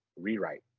rewrite